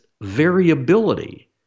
variability